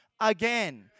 again